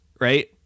right